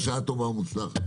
בשעה טובה ומוצלחת.